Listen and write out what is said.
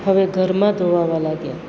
હવે ઘરમાં ધોવાવા લાગ્યા